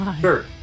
Sure